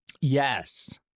Yes